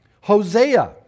Hosea